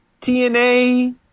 TNA